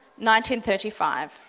1935